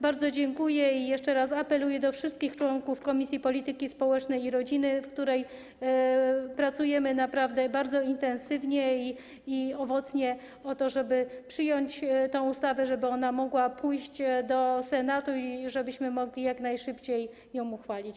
Bardzo dziękuję i jeszcze raz apeluję do wszystkich członków Komisji Polityki Społecznej i Rodziny, w której pracujemy naprawdę bardzo intensywnie i owocnie, o to, żeby przyjąć tę ustawę, żeby ona mogła pójść do Senatu i żebyśmy mogli jak najszybciej ją uchwalić.